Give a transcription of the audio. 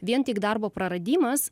vien tik darbo praradimas